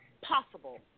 possible